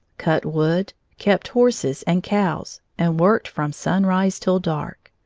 cut wood, kept horses and cows, and worked from sunrise till dark.